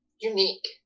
unique